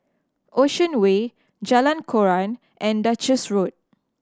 Ocean Way Jalan Koran and Duchess Road